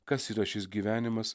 kas yra šis gyvenimas